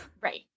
Right